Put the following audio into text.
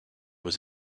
was